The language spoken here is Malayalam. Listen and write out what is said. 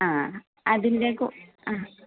ആ അതിൻ്റെ കൂ ആ